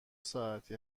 ساعتی